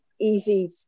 easy